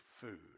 food